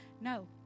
No